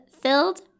filled